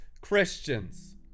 Christians